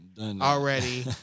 already